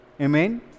Amen